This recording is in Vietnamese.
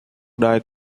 đời